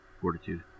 Fortitude